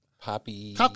Poppy